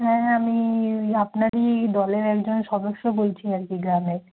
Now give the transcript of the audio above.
হ্যাঁ আমি আপনারই দলের একজন সদস্য বলছি আর কি গ্রামের